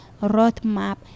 roadmap